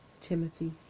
Timothy